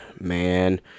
Man